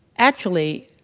actually,